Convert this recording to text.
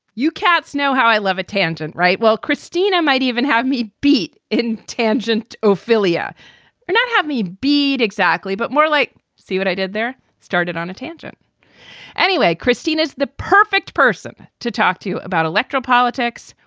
you cartes know how i love a tangent, right? well, christina might even have me beat in tangent ofelia or not have me. exactly. but more like. see what i did there. started on a tangent anyway. christine is the perfect person to talk to about electoral politics,